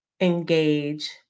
engage